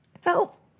help